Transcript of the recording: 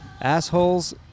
assholes